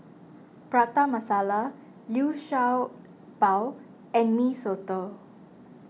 Prata Masala Liu Sha Bao and Mee Soto